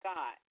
God